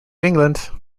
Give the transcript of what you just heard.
england